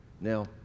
Now